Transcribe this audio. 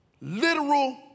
literal